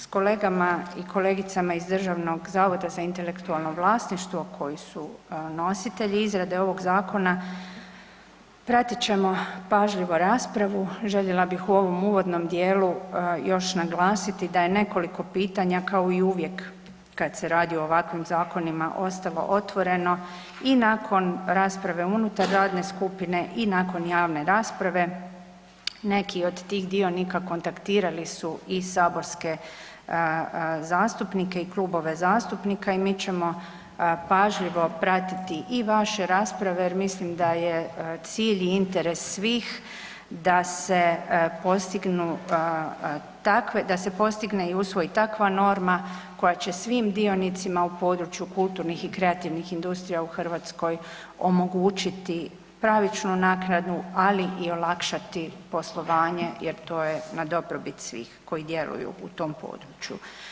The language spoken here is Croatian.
S kolegama i kolegicama iz Državnog zavoda za intelektualno vlasništvo koji su nositelji izrade ovoga zakona pratit ćemo pažljivo raspravu, željela bih u ovom uvodnom djelu još naglasiti da je nekoliko pitanja kao i uvijek kad se radi o ovakvim zakonima ostalo otvoreni i nakon rasprave unutar radne skupine i nakon javne rasprave, neki od tih dionika kontaktirali su i saborske zastupnike i klubove zastupnika i mi ćemo pažljivo pratiti i vaše rasprave jer mislim da je cilj i interes svih da se postigne i usvoji takva norma koja će svim dionicima u području kulturnih i kreativnih industrija u Hrvatskoj omogućiti pravičnu naknadu ali i olakšati poslovanje jer to je na dobrobit svih koji djeluju u tom području.